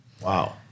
Wow